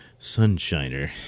Sunshiner